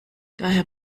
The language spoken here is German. daher